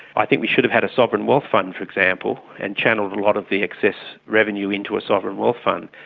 i think we should have had a sovereign wealth fund, for example, and channelled a lot of the excess revenue into a sovereign wealth fund,